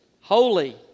holy